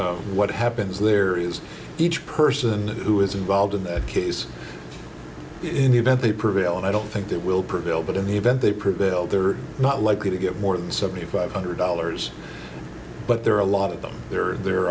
case what happens there is each person who is involved in that case in the event they prevail and i don't think that will prevail but in the event they prevail they're not likely to get more than seventy five hundred dollars but there are a lot of them there are there